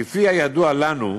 כפי הידוע לנו,